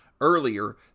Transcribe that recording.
earlier